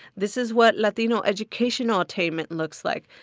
this is what latino educational attainment looks like.